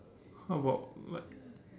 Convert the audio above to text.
how about like